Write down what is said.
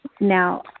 Now